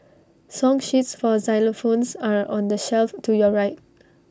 song sheets for xylophones are on the shelf to your right